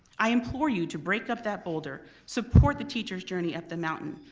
i implore you to break up that boulder. support the teachers' journey up the mountain.